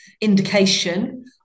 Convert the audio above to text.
indication